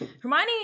Hermione